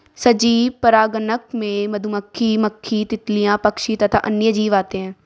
सजीव परागणक में मधुमक्खी, मक्खी, तितलियां, पक्षी तथा अन्य जीव आते हैं